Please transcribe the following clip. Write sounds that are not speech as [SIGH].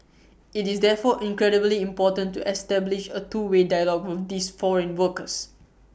[NOISE] IT is therefore incredibly important to establish A two way dialogue with these foreign workers